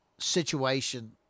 situation